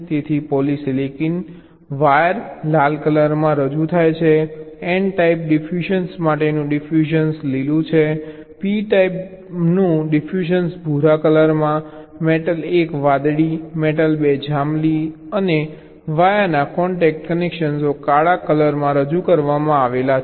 તેથી polysilicon wire લાલ કલરમાં રજૂ થાય છે N ટાઈપ ડિફ્યુઝન માટેનું ડિફ્યુઝન લીલું છે P ટાઈપનું ડિફ્યુઝન ભૂરા કલરમાં મેટલ 1 વાદળી મેટલ 2 જાંબલી અને Via ના કોન્ટેક કનેક્શનો કાળા કલરમાં રજૂ થાય છે